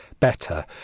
better